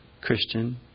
Christian